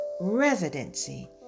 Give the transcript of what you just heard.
residency